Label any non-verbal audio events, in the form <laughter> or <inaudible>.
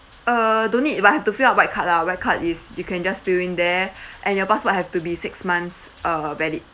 uh don't need but have to fill up white card lah white card is you can just fill in there <breath> and your passport have to be six months uh valid